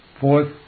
Fourth